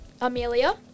Amelia